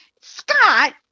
Scott